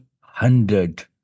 hundred